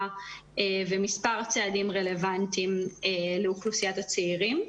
ומספר צעדים רלוונטיים לאוכלוסיית הצעירים.